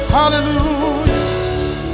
Hallelujah